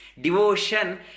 Devotion